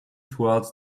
towards